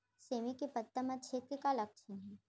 सेमी के पत्ता म छेद के का लक्षण हे?